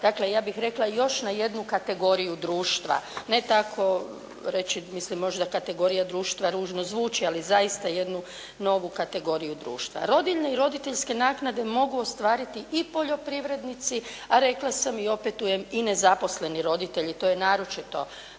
Dakle ja bih rekla još na jednu kategoriju društva. Ne tako reći mislim možda kategorija društva ružno zvuči ali zaista jednu novu kategoriju društva. Rodiljne i roditeljske naknade mogu ostvariti i poljoprivrednici a rekla sam i opetujem i nezaposleni roditelji, to je naročito